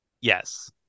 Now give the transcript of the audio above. Yes